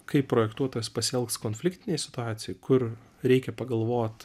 kaip projektuotas pasielgs konfliktinėj situacijoj kur reikia pagalvot